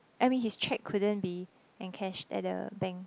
I mean his cheque couldn't be encashed at the bank